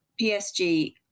PSG